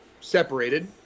separated